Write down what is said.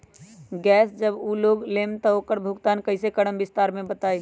Gas जब हम लोग लेम त उकर भुगतान कइसे करम विस्तार मे बताई?